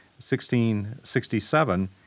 1667